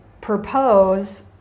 propose